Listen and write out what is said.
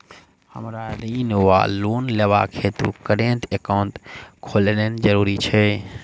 हमरा ऋण वा लोन लेबाक हेतु करेन्ट एकाउंट खोलेनैय जरूरी छै?